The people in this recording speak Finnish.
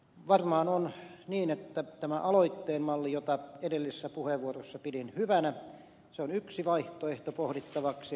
varmaan on niin että tämä aloitteen malli jota edellisissä puheenvuoroissa pidin hyvänä on yksi vaihtoehto pohdittavaksi